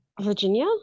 Virginia